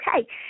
okay